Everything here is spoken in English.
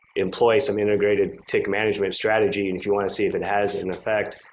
employ some integrated tick management strategy, and if you want to see if it has an effect,